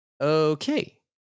okay